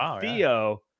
Theo